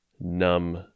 numb